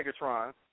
Megatron